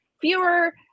Fewer